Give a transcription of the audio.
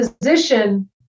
position